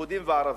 יהודים וערבים,